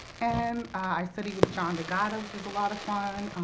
and i studied with john d'agata, which was a lot of fun.